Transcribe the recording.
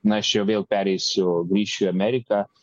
na aš čia jau vėl pereisiu grįšiu į ameriką